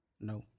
No